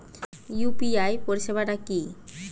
UPI পরিসেবাটা কি?